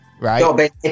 right